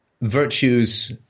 virtues